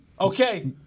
Okay